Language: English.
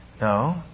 No